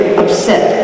upset